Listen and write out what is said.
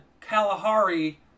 Kalahari